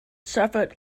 suffered